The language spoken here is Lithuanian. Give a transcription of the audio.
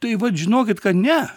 tai vat žinokit kad ne